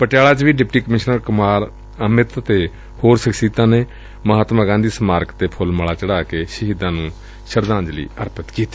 ਪਟਿਆਲਾ ਚ ਵੀ deputy commissioner Kumar Amit ਤੇ ਹੋਰ ਸਖਸ਼ੀਅਤਾਂ ਨੇ ਮਹਾਤਮਾ ਗਾਂਧੀ ਸਮਾਰਕ ਤੇ ਫੁੱਲ ਮਾਲਾ ਚੜ੍ਹਾ ਕੇ ਸ਼ਹੀਦਾਂ ਨੂੰ ਸ਼ਰਧਾਂਜਲੀ ਭੇਟ ਕੀਤੀ